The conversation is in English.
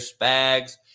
Spags